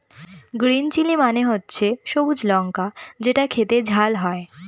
green chilli মানে হচ্ছে সবুজ লঙ্কা যেটা খেতে ঝাল হয়